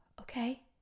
okay